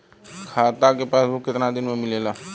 खाता के पासबुक कितना दिन में मिलेला?